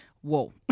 whoa